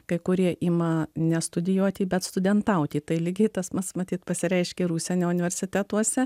kai kurie ima ne studijuoti bet studentauti tai lygiai tas pats matyt pasireiškia ir užsienio universitetuose